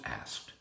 asked